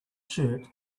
shirt